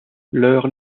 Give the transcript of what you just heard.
leurs